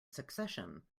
succession